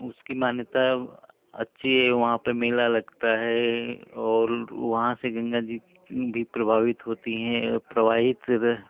उसकी मान्यता अच्छी है वहाँ पर मेला लगता है और वहाँ से गंगा जी भी प्रभावित होती हैं प्रवाहित रह